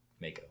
Mako